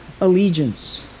allegiance